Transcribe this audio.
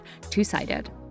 Two-Sided